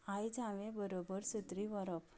आयज हांवें बरोबर सत्री व्हरप